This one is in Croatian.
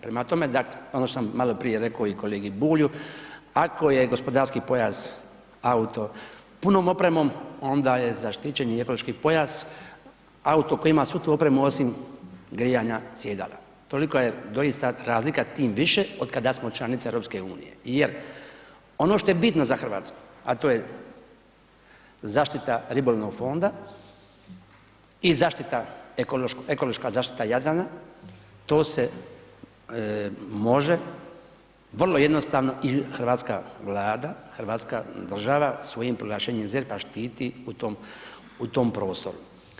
Prema tome, ono što sam maloprije rekao i kolegi Bulju, ako je gospodarski pojas auto s punom opremom, onda je zaštićeni ekološki pojas, auto koji ima svu tu opremu osim grijanja sjedala, tolika je dosta razlika, tim više otkada smo članica EU-a jer ono što je bitno za Hrvatsku a to je zaštita ribolovnog fonda i ekološka zaštita Jadrana, to se može vrlo jednostavno i hrvatska Vlada, hrvatska država svojim proglašenjem ZERP-a štiti u tom prostoru.